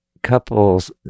Couples